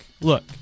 Look